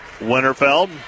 Winterfeld